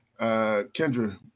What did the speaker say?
Kendra